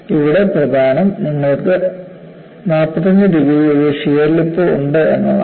ഇവിടെ പ്രധാനം നിങ്ങൾക്ക് 45 ഡിഗ്രിയിൽ ഒരു ഷിയർ ലിപ് ഉണ്ട് എന്നതാണ്